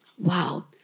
Wow